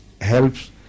helps